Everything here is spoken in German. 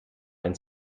ein